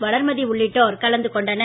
வளர்மதி உள்ளிட்டோர் கலந்து கொண்டனர்